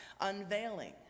unveiling